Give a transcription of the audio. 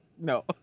no